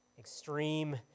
extreme